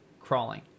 crawling